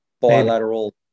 bilateral